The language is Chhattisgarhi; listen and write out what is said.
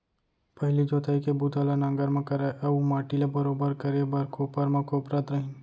पहिली जोतई के बूता ल नांगर म करय अउ माटी ल बरोबर करे बर कोपर म कोपरत रहिन